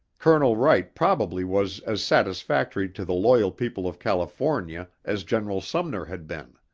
colonel wright probably was as satisfactory to the loyal people of california as general sumner had been.